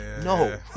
No